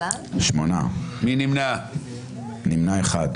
2 נמנעים.